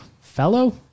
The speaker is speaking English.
fellow